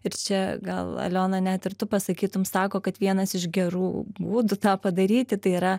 ir čia gal aliona net ir tu pasakytum sako kad vienas iš gerų būdų tą padaryti tai yra